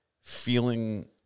feeling